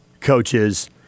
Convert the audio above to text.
coaches